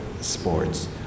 sports